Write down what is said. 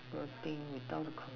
working without a